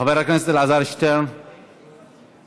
חבר הכנסת אלעזר שטרן איננו.